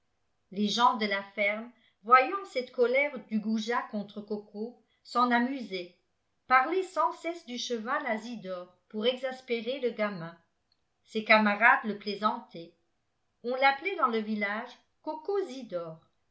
les gens de la ferme voyant cette colère du goujat contre coco s'en amusaient parlaient sans cesse du cheval à zidore pour exaspérer le gamm ses camarades le plaisantaient on l'appelait dans le village cocozidore